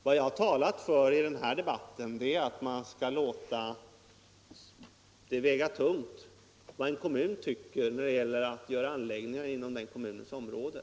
Vad jag talat för i denna debatt är emellertid att man skall låta det väga tungt vad en kommun tycker när det gäller anläggningar inom den kommunens område.